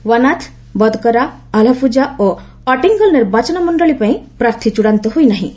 ୱାନାଥ୍ ବଦକରା ଆଲାପୃଝା ଓ ଅଟିଙ୍ଗଲ୍ ନିର୍ବାଚନ ମଣ୍ଡଳୀପାଇଁ ପ୍ରାର୍ଥୀ ଚୂଡ଼ାନ୍ତ ହୋଇ ନାହିଁ